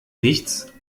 nichts